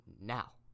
now